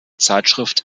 zeitschrift